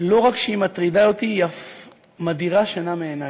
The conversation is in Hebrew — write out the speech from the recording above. לא רק שהיא מטרידה אותי, היא אף מדירה שינה מעיני.